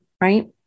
Right